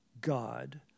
God